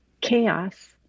chaos